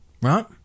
right